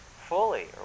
fully